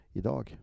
idag